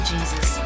Jesus